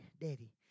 Daddy